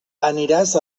aniràs